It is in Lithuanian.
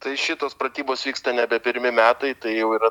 tai šitos pratybos vyksta nebe pirmi metai tai jau yra